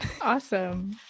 Awesome